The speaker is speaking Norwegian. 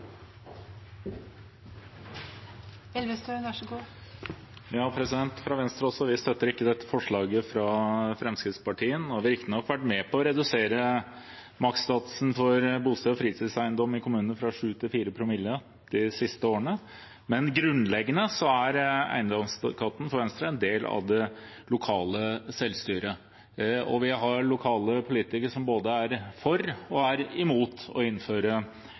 Venstre støtter heller ikke dette forslaget fra Fremskrittspartiet. Nå har vi riktignok vært med på å redusere makssatsen på bosteds- og fritidseiendommer i kommunene fra 7 til 4 promille de siste årene, men grunnleggende er eiendomsskatten for Venstre en del av det lokale selvstyret, og vi har lokale politikere som er både for og imot å innføre